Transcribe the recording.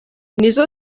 nizo